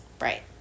Right